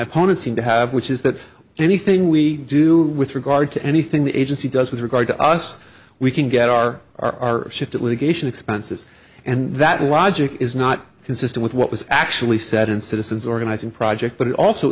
opponents seem to have which is that anything we do with regard to anything the agency does with regard to us we can get our our ship at league ation expenses and that logic is not consistent with what was actually said in citizens organizing project but it also i